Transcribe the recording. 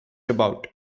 about